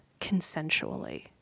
consensually